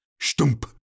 stump